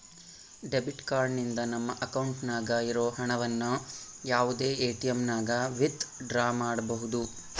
debit card ನಿಂದ ನಮ್ಮ ಅಕೌಂಟ್ನಾಗ ಇರೋ ಹಣವನ್ನು ಯಾವುದೇ ಎಟಿಎಮ್ನಾಗನ ವಿತ್ ಡ್ರಾ ಮಾಡ್ಬೋದು